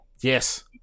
Yes